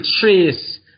trace